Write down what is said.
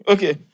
Okay